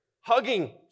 hugging